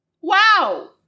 Wow